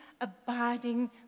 abiding